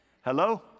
Hello